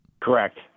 Correct